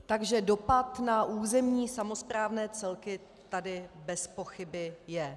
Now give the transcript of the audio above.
Takže dopad na územní samosprávné celky tady bezpochyby je.